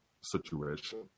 situation